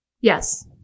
Yes